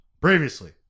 previously